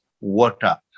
water